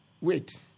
Wait